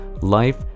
life